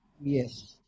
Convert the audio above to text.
Yes